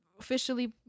officially